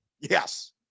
Yes